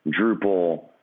Drupal